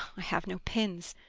i have no pins.